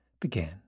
began